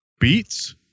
Beats